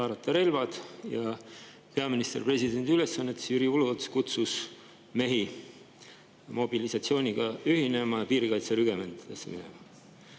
ja peaminister presidendi ülesannetes Jüri Uluots kutsus mehi mobilisatsiooniga ühinema ja piirikaitserügementidesse